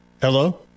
Hello